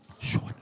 Short